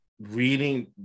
reading